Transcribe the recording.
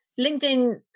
LinkedIn